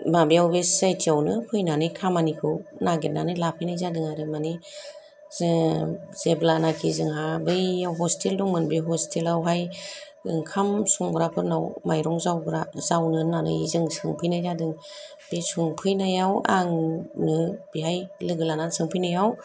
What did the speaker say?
माबायाव बे C I टियावनो फैनानै खामानिखौ नागिरनानै लाफैनाय जादों आरो माने जों जेब्लानाखि जोंहा बैयाव हस्टेल दंमोन बै हस्टेलावहाय ओंखाम संग्राफोरनाव माइरं जावग्रा जावनो होन्नानै जों सोंफैनाय जादों बे सोंफैनायाव आंनो बेहाय लोगो लानानै सोंफैनायाव